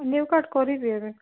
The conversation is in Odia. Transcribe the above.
ନେଲ୍ କଟ୍ କରିବି ଏବେ